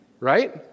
right